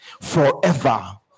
forever